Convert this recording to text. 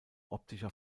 optischer